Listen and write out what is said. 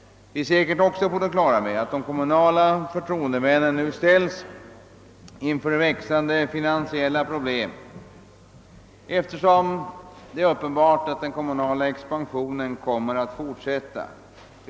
Vi är säkert också alla på det klara med att de kommunala förtroendemännen ställes inför växande finansiella problem, eftersom det är uppenbart att den kommunala expansionen kommer att fortsätta.